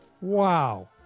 Wow